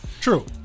True